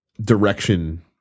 direction